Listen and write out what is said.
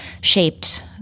shaped